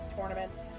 tournaments